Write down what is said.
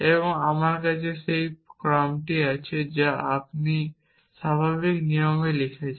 এবং আমার কাছে সেই ক্রম আছে যা আপনি স্বাভাবিক নিয়মে লিখছেন